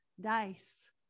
dice